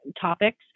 topics